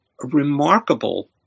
remarkable